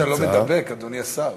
אני מקווה שאתה לא מידבק, אדוני השר.